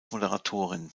moderatorin